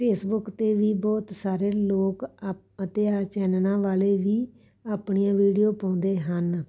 Facebook 'ਤੇ ਵੀ ਬਹੁਤ ਸਾਰੇ ਲੋਕ ਆਪ ਅਤੇ ਆਹ ਚੈਨਲਾਂ ਵਾਲੇ ਵੀ ਆਪਣੀਆਂ ਵੀਡੀਓ ਪਾਉਂਦੇ ਹਨ